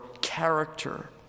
character